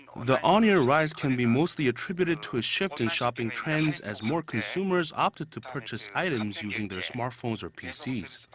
the on-year rise can be mostly attributed to a shift in shopping trends, as more consumers opted to purchase items using their smartphones or pcs.